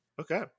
Okay